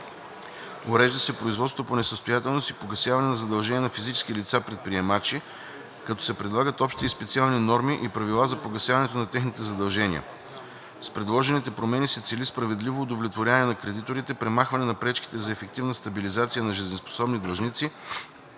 Урежда се производството по несъстоятелност и погасяване на задължения на физически лица – предприемачи, като се предлагат общи и специални норми и правила за погасяването на техните задължения. С предложените промени се цели справедливо удовлетворяване на кредиторите, премахване на пречките за ефективна стабилизация на жизнеспособни длъжници